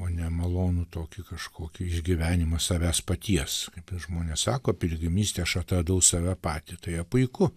o ne malonų tokį kažkokį išgyvenimą savęs paties kaip ten žmonės sako piligrimystėj aš atradau save patį tai yra puiku